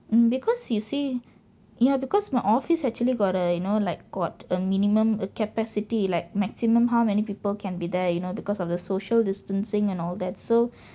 mm because you see ya because my office actually got a you know like got a minimum uh capacity like maximum how many people can be there you know because of the social distancing and all that so